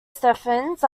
stephens